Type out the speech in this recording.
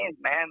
man